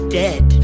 dead